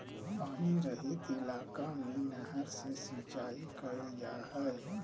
पानी रहित इलाका में नहर से सिंचाई कईल जा हइ